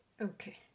Okay